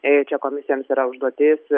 čia komisijoms yra užduotis